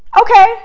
Okay